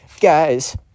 guys